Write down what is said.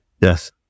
Yes